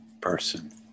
person